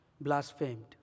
blasphemed